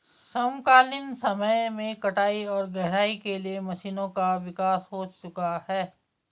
समकालीन समय में कटाई और गहराई के लिए मशीनों का विकास हो चुका है